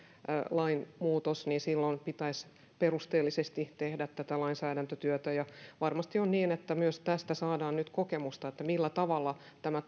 lainmuutos niin silloin pitäisi perusteellisesti tehdä tätä lainsäädäntötyötä varmasti on niin että saadaan nyt kokemusta millä tavalla tämä